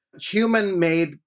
human-made